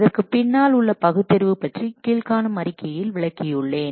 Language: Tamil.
இதற்குப் பின்னால் உள்ள பகுத்தறிவு பற்றி கீழ்காணும் அறிக்கையில் விளக்கியுள்ளேன்